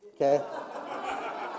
okay